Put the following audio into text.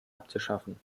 abzuschaffen